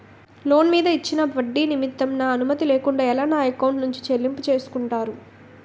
Loan మీద ఇచ్చిన ఒడ్డి నిమిత్తం నా అనుమతి లేకుండా ఎలా నా ఎకౌంట్ నుంచి చెల్లింపు చేసుకుంటారు?